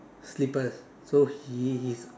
slippers so he is